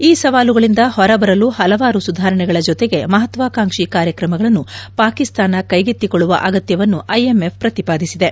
ಈ ಸವಾಲುಗಳಿಂದ ಹೊರಬರಲು ಹಲವಾರು ಸುಧಾರಣೆಗಳ ಜೊತೆಗೆ ಮಹತ್ವಾಕಾಂಕ್ಷಿ ಕಾರ್ಯಕ್ರಮಗಳನ್ನು ಪಾಕಿಸ್ತಾನ ಕೈಗೆತ್ತಿಕೊಳ್ಳುವ ಅಗತ್ಯವನ್ನು ಐಎಂಎಫ್ ಪ್ರತಿಪಾಧಿಸಿದೆ